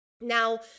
Now